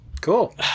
Cool